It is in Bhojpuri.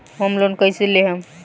होम लोन कैसे लेहम?